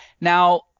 Now